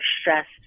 stressed